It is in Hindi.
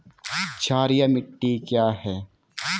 क्षारीय मिट्टी क्या है?